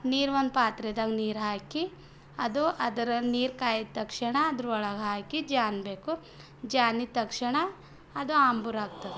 ನೀರು ಒಂದು ಪಾತ್ರೆದಾಗ್ ನೀರು ಹಾಕಿ ಅದು ಅದರ ನೀರು ಕಾಯ್ದ ತಕ್ಷಣ ಅದರೊಳಗೆ ಹಾಕಿ ಜಾನ್ಬೇಕು ಜಾನಿದ್ ತಕ್ಷಣ ಅದು ಆಂಬ್ರು ಆಗ್ತದ